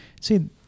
See